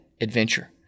adventure